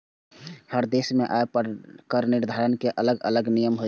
हर देश मे आय पर कर निर्धारण के अलग अलग नियम होइ छै